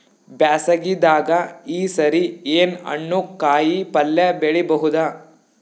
ಬ್ಯಾಸಗಿ ದಾಗ ಈ ಸರಿ ಏನ್ ಹಣ್ಣು, ಕಾಯಿ ಪಲ್ಯ ಬೆಳಿ ಬಹುದ?